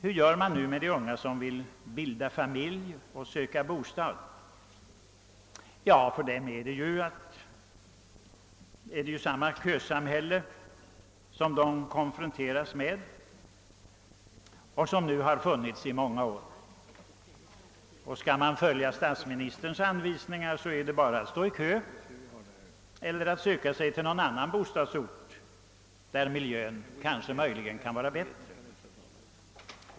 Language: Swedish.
Hur gör man nu med de unga som vill bilda familj och söker bostad? Ja, de konfronteras med kösamhället som nu har funnits i många år. Skall man följa statsministerns anvisningar är det bara att stå i kö eller att söka sig till någon annan bostadsort där möjligheterna och miljön kanske kan vara bättre.